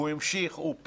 הוא המשיך, הוא פעל,